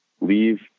leave